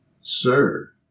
Sir